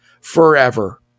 Forever